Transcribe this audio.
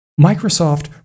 Microsoft